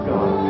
God